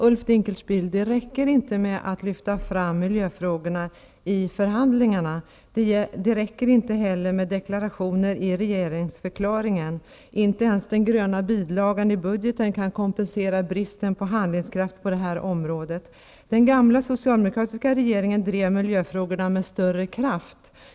Herr talman! Det räcker inte, Ulf Dinkelspiel, med att lyfta fram miljöfrågorna i förhandlingarna. Inte heller räcker det med deklarationer i regeringsförklaringen. Inte ens den gröna bilagan i budgeten kan kompensera bristen på handlingskraft på det här området. Den gamla socialdemokratiska regeringen drev miljöfrågorna med större kraft.